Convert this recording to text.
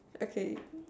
okay